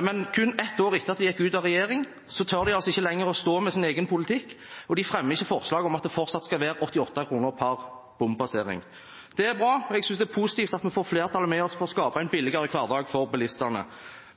Men kun ett år etter at de gikk ut av regjering, tør de altså ikke lenger å stå ved sin egen politikk og de fremmer ikke forslag om at det fortsatt skal være 88 kr per bompassering. Det er bra, og jeg synes det er positivt at vi får flertallet med oss på å skape en billigere hverdag for bilistene,